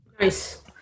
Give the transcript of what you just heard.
Nice